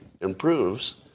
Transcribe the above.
improves